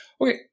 Okay